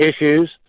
issues